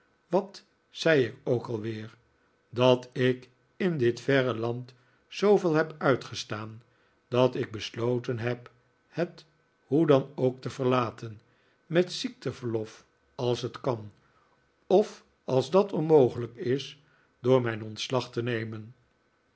wat zei ik ook alweer dat ik in dit verre land zooveel heb uitgestaan dat ik besloten heb het hoe dan ook te verlaten met ziekteverlof als het kan of als dat onmogelijk is door mijn ontslag te nemen